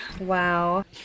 Wow